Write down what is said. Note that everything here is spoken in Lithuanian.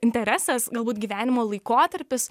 interesas galbūt gyvenimo laikotarpis